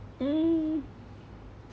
mm